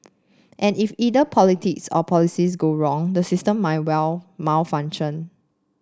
and if either politics or policies go wrong the system might well malfunction